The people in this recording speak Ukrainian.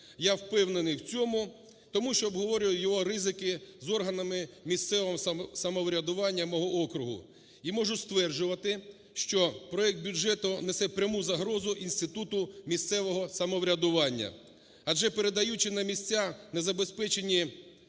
Я впевнений в цьому, тому що обговорював його ризики з органами місцевого самоврядування мого округу. І можу стверджувати, що проект бюджету несе пряму загрозу інституту місцевого самоврядування. Адже передаючи на місця не забезпечені